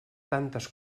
tantes